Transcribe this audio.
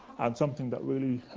and something that really